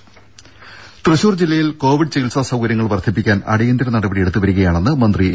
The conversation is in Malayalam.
രെട തൃശൂർ ജില്ലയിൽ കോവിഡ് ചികിത്സാ സൌകര്യങ്ങൾ വർധിപ്പിക്കാൻ അടിയന്തര നടപടിയെടുത്തുവരികയാണെന്ന് മന്ത്രി എ